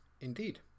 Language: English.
Indeed